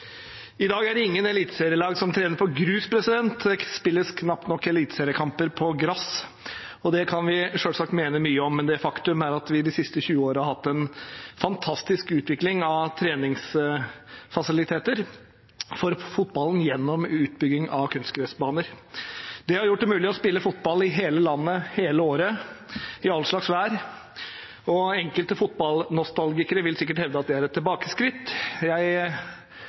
I dag er det ingen eliteserielag som trener på grus. Det spilles knapt nok eliteseriekamper på gress. Det kan vi selvsagt mene mye om, men det faktum at vi de siste 20 årene har hatt en fantastisk utvikling av treningsfasiliteter for fotballen gjennom utbygging av kunstgressbaner, har gjort det mulig å spille fotball i hele landet hele året i all slags vær. Enkelte fotballnostalgikere vil sikkert hevde at det er et tilbakeskritt. Jeg